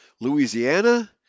Louisiana